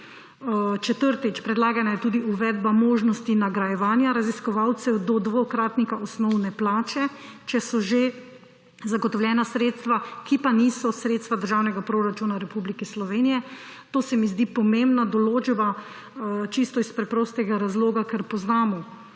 Četrtič, predlagana je tudi uvedba možnosti nagrajevanja raziskovalcev do dvokratnika osnovne plače, če so že zagotovljena sredstva, ki pa niso sredstva državnega proračuna Republike Slovenije. To se mi zdi pomembna določba, čisto iz preprostega razloga, ker poznamo